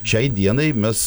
šiai dienai mes